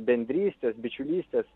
bendrystės bičiulystės